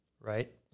right